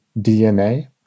DNA